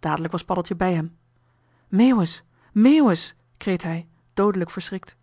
dadelijk was paddeltje bij hem meeuwis meeuwis kreet hij doodelijk verschrikt